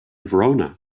verona